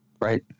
Right